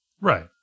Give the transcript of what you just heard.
Right